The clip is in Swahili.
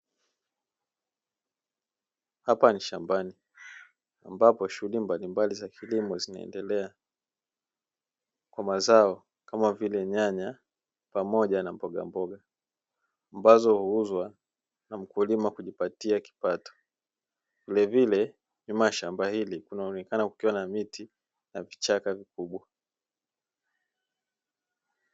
Hapa ni shambani, ambapo shughuri mbalimbali za kilimo zinaendelea, kwa mazao kama vile nyanya pamoja na mbogamboga, ambazo huuzwa na mkulima kujipatia kipato. Vilevile nyuma ya shamba hili, kunaonekana kukiwa na miti na vichaka vikubwa.